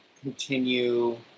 continue